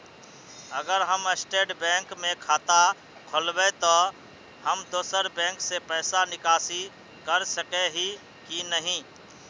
अगर हम state bank में खाता खोलबे तो हम दोसर बैंक से पैसा निकासी कर सके ही की नहीं?